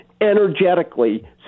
energetically